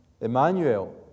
Emmanuel